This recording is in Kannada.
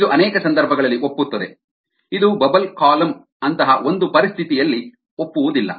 ಇದು ಅನೇಕ ಸಂದರ್ಭಗಳಲ್ಲಿ ಒಪ್ಪುತ್ತದೆ ಇದು ಬಬಲ್ ಕಾಲಮ್ ಅಂತಹ ಒಂದು ಪರಿಸ್ಥಿತಿಯಲ್ಲಿ ಒಪ್ಪುವುದಿಲ್ಲ